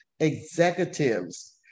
Executives